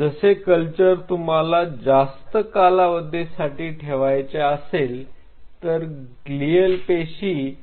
जसे कल्चर तुम्हाला जास्त कालावधीसाठी ठेवायचे असेल तर ग्लीअल पेशी